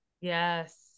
Yes